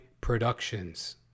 Productions